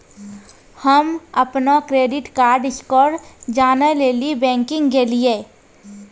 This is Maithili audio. हम्म अपनो क्रेडिट कार्ड स्कोर जानै लेली बैंक गेलियै